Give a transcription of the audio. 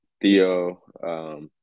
Theo